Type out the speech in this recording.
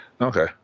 Okay